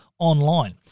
Online